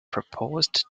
proposed